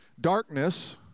darkness